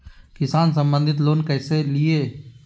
किसान संबंधित लोन कैसै लिये?